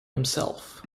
himself